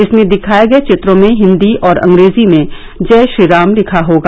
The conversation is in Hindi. इसमें दिखाए गए चित्रों में हिन्दी और अंग्रेजी में जय श्रीराम लिखा होगा